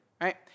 right